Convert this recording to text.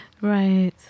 Right